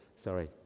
sorry